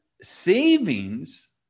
savings